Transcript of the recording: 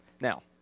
Now